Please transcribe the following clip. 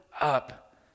up